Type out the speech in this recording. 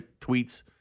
tweets